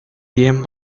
bien